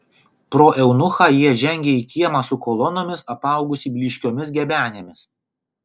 pro eunuchą jie žengė į kiemą su kolonomis apaugusį blyškiomis gebenėmis